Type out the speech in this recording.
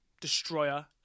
destroyer